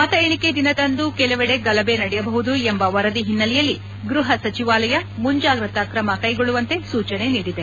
ಮತ ಎಣಿಕೆ ದಿನದಂದು ಕೆಲವೆಡೆ ಗಲಭೆ ನಡೆಯಬಹುದು ಎಂಬ ವರದಿ ಹಿನ್ನೆಲೆಯಲ್ಲಿ ಗೃಹ ಸಚಿವಾಲಯ ಮುಂಜಾಗ್ರತಾ ಕ್ರಮ ಕೈಗೊಳ್ಳುವಂತೆ ಸೂಚನೆ ನೀಡಿದೆ